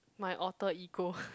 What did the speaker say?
my Alter Ego